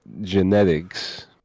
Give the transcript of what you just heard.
genetics